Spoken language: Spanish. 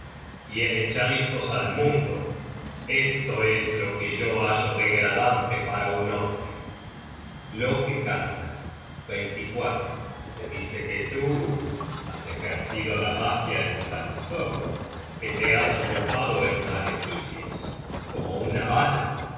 y en echar hijos al mundo esto es lo que yo hallo degradante para un hombre loke canta se dice que tú has ejercido la magia en samsoe que te has ocupado en maleficios como una vala